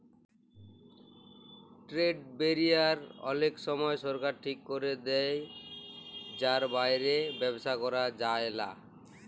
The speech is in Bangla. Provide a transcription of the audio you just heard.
ট্রেড ব্যারিয়ার অলেক সময় সরকার ঠিক ক্যরে দেয় যার বাইরে ব্যবসা ক্যরা যায়লা